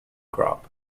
crop